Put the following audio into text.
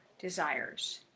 desires